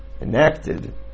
enacted